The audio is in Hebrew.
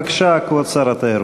בבקשה, כבוד שר התיירות.